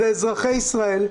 זה אזרחי ישראל,